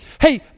hey